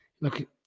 look